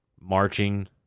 marching